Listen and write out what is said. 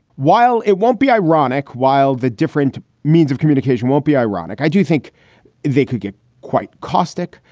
while it won't be ironic, while the different means of communication won't be ironic, i do think they could get quite caustic.